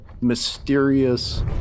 mysterious